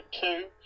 two